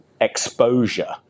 exposure